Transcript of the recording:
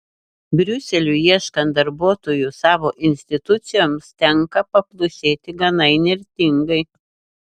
briuseliui ieškant darbuotojų savo institucijoms tenka paplušėti gana įnirtingai